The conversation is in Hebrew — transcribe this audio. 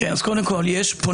אז קודם כל יש,